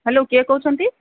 hello କିଏ କହୁଛନ୍ତି